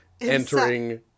entering